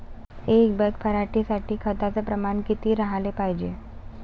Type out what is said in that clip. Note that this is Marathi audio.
एक बॅग पराटी साठी खताचं प्रमान किती राहाले पायजे?